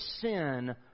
sin